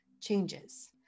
changes